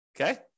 Okay